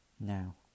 Now